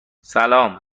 سلام